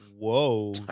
Whoa